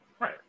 Right